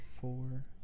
four